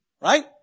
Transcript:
right